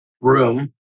room